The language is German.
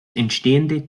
entstehende